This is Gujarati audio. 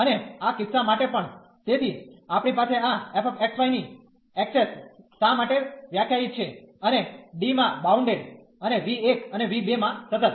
અને આ કિસ્સા માટે પણ તેથી આપણી પાસે આ f x y ની એક્સેસ શા માટે વ્યાખ્યાયિત છે અને D માં બાઉન્ડેડ અને v1 અને v2 માં સતત